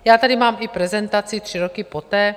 Já tady mám i prezentaci tři roky poté.